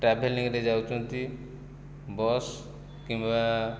ଟ୍ରାଭେଲିଂରେ ଯାଉଛନ୍ତି ବସ୍ କିମ୍ବା